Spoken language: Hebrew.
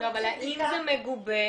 אבל האם זה מגובה?